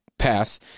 Pass